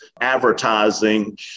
advertising